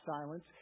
silence